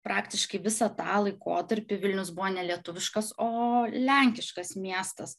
praktiškai visą tą laikotarpį vilnius buvo nelietuviškas o lenkiškas miestas